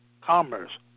commerce